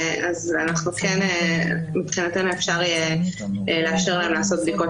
אז כן מבחינתנו אפשר יהיה לאפשר להם לעשות בדיקות